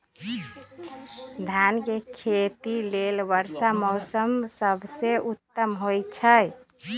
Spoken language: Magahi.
धान के खेती लेल वर्षा मौसम सबसे उत्तम होई छै